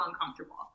uncomfortable